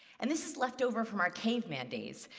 and this is left over from our caveman days.